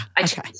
Okay